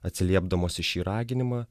atsiliepdamos į šį raginimą